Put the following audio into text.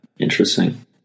Interesting